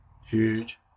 huge